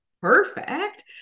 perfect